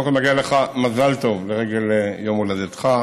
קודם כול, מגיע לך מזל טוב לרגל יום הולדתך.